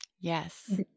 Yes